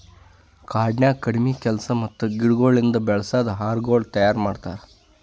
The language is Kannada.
ಕಾಡನ್ಯಾಗ ಕಡಿಮಿ ಕೆಲಸ ಮತ್ತ ಗಿಡಗೊಳಿಂದ್ ಬೆಳಸದ್ ಆಹಾರಗೊಳ್ ತೈಯಾರ್ ಮಾಡ್ತಾರ್